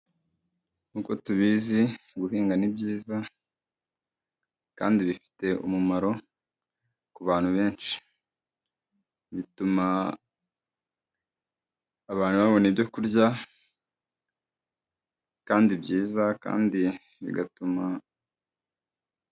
Nkuko tubizi guhinga ni ibyiza kandi bifite umumaro ku bantu benshi. Bituma abantu babona ibyo kurya kandi byiza kandi bigatuma...